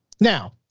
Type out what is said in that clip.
Now